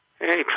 Hey